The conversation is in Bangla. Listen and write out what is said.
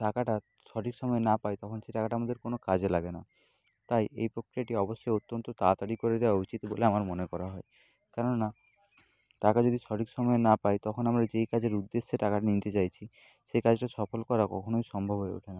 টাকাটা সঠিক সময়ে না পাই তখন সেই টাকাটা আমাদের কোনো কাজে লাগে না তাই এই প্রক্রিয়াটি অবশ্যই অত্যন্ত তাড়াতাড়ি করে দেওয়া উচিত বলে আমার মনে করা হয় কেননা টাকা যদি সঠিক সময়ে না পাই তখন আমরা যেই কাজের উদ্দেশ্যে টাকাটা নিতে চাইছি সেই কাজটা সফল করা কখনই সম্ভব হয়ে ওঠে না